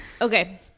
okay